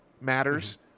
matters